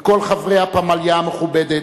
וכל חברי הפמליה המכובדת,